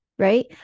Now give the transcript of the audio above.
Right